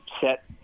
set